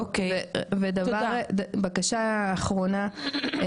ובקשה אחרונה,